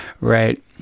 right